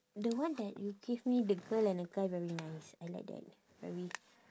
the one that you give me the girl and the guy very nice I like that very